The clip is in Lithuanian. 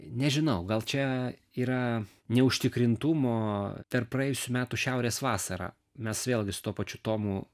nežinau gal čia yra neužtikrintumo per praėjusių metų šiaurės vasarą mes vėlgi su tuo pačiu tomu